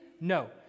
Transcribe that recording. No